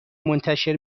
منتشر